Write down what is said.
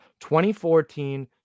2014